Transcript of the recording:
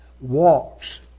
walks